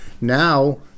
now